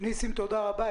ניסים תודה רבה.